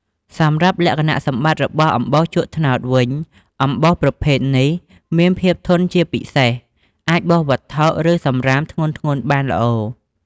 សម្រាប់លក្ខណៈសម្បត្តិរបស់អំបោសជក់ត្នោតវិញ អំបោសប្រភេទនេះមានភាពធន់ជាពិសេស អាចបោសវត្ថុ ឬសម្រាមធ្ងន់ៗបានល្អ។